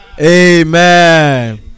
Amen